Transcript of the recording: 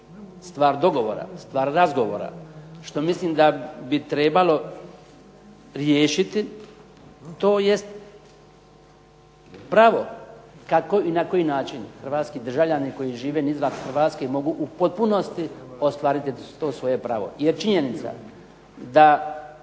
stvar dogovora, stvar razgovora, što mislim da bi trebalo riješiti to jest pravo kako i na koji način hrvatski državljani koji žive izvan Hrvatske mogu u potpunosti ostvariti to svoje pravo. Jer činjenica da